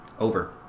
over